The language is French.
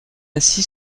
ainsi